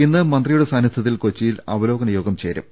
ഇന്ന് മന്ത്രി യുടെ സാന്നിധ്യത്തിൽ കൊച്ചിയിൽ അവലോകനയോഗം ചേരും